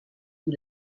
qui